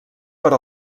per